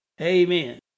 Amen